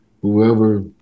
Whoever